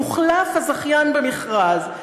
יוחלף הזכיין במכרז,